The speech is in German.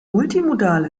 multimodal